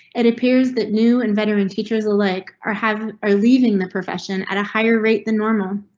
it appears that new and veteran teachers, a lake or have are leaving the profession at a higher rate than normal.